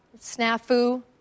snafu